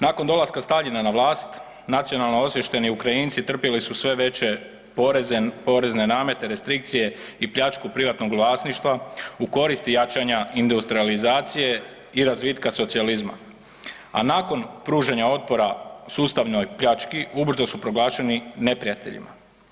Nakon dolaska Staljina na vlast, nacionalno osviješteni Ukrajinci trpili su sve veće poreze, porezne namete, restrikcije i pljačku privatnog vlasništva u koristi jačanja industrijalizacije i razvitka socijalizma, a nakon pružanja otpora sustavnoj pljački, ubrzo su proglašeni neprijateljima.